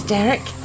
Derek